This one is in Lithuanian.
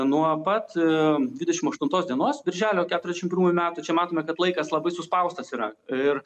nuo pat dvidešim aštuntos dienos birželio keturiasdešim pirmųjų metų čia matome kad laikas labai suspaustas yra ir